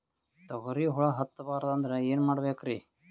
ತೊಗರಿಗ ಹುಳ ಹತ್ತಬಾರದು ಅಂದ್ರ ಏನ್ ಮಾಡಬೇಕ್ರಿ?